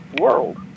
world